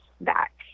back